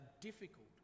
difficult